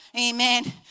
Amen